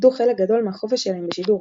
שאיבדו חלק גדול מהחופש שלהם בשידור.